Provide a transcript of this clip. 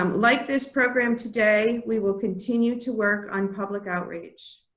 um like this program today, we will continue to work on public outreach.